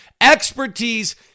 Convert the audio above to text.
expertise